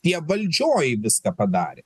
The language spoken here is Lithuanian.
tie valdžioj viską padarė